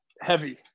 heavy